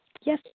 Yes